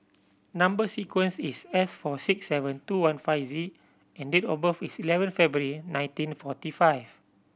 number sequence is S four six seven two one five Z and date of birth is eleven February nineteen forty five